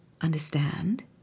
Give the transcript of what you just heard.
Understand